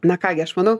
na ką gi aš manau